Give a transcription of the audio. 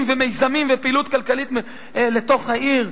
ומיזמים ופעילות כלכלית אל תוך העיר".